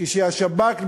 כשהשב"כ,